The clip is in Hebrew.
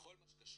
בכל מה שקשור